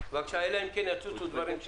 אלא אם כן יצוצו דברים.